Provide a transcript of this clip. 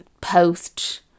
post